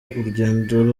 urugendo